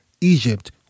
Egypt